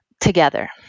together